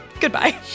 goodbye